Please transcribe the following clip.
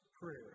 prayer